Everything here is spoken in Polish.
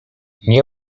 nie